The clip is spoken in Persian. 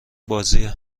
بازیه